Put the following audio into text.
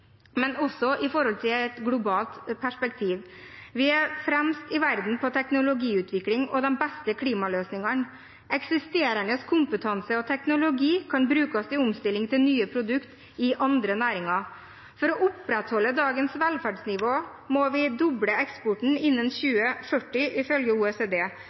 men også i et globalt perspektiv. Vi er fremst i verden på teknologiutvikling og de beste klimaløsningene. Eksisterende kompetanse og teknologi kan brukes til omstilling til nye produkter i andre næringer. For å opprettholde dagens velferdsnivå må vi doble eksporten innen 2040, ifølge OECD.